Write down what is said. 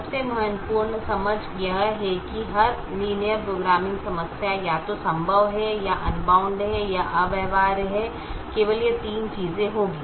सबसे महत्वपूर्ण समझ यह है कि हर लीनियर प्रोग्रामिंग समस्या या तो संभव है या अनबाउंड या अव्यवहार्य है केवल ये तीन चीजें होंगी